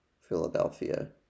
Philadelphia